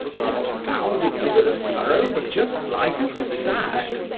you are bounding over the furrows just like a stag!